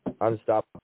Unstoppable